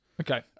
Okay